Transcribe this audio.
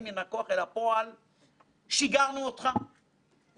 אני רוצה להבהיר, יצרנו יש מאין